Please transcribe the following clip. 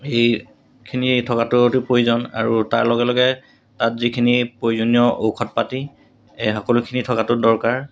এইখিনি থকাটো অতি প্ৰয়োজন আৰু তাৰ লগে লগে তাত যিখিনি প্ৰয়োজনীয় ঔষধ পাতি এই সকলোখিনি থকাটো দৰকাৰ